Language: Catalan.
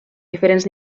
diferents